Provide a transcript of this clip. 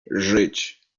żyć